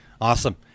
Awesome